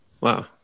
Wow